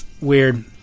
weird